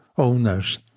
owners